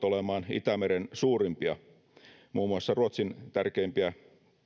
olemaan itämeren suurimpia muun muassa ruotsin tärkeimpiä